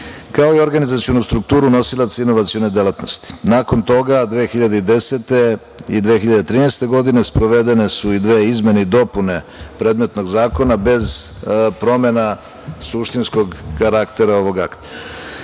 kao i organizacionu strukturu nosilaca inovacione delatnosti. Nakon toga, 2010. i 2013. godine, sprovedene su i dve izmene i dopune predmetnog zakona bez promena suštinskog karaktera ovog akta. Prema